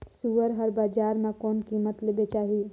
सुअर हर बजार मां कोन कीमत ले बेचाही?